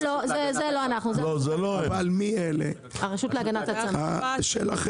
זה לא אנחנו, מדובר בפקחים של הרשות להגנת הצרכן.